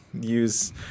use